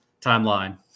timeline